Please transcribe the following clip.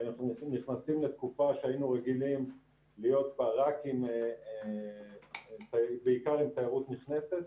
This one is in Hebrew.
כי אנחנו נכנסים לתקופה שהיינו רגילים להיות בה בעיקר עם תיירות נכנסת,